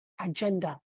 agenda